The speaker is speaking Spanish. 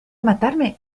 matarme